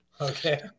Okay